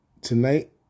Tonight